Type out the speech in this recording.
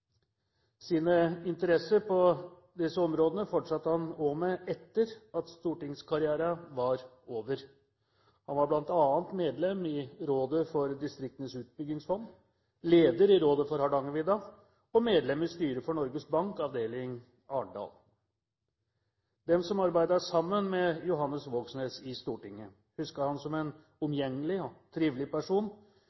Sine interesser på disse områdene fortsatte han også med etter at stortingskarrieren var over. Han var bl.a. medlem i Rådet for Distriktenes Utbyggingsfond, leder i Rådet for Hardangervidda og medlem i styret for Norges Bank, avdeling Arendal. De som arbeidet sammen med Johannes Vågsnes i Stortinget, husker ham som en